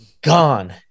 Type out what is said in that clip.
gone